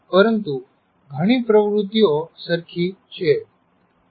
પરંતુ ઘણી પ્રવૃત્તિઓ સરખી છે